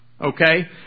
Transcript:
Okay